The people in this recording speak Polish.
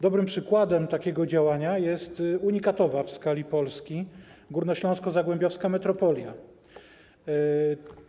Dobrym przykładem takiego działania jest unikatowa w skali Polski Górnośląsko-Zagłębiowska Metropolia.